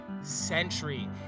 century